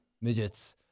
Midgets